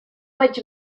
veig